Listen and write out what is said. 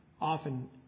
often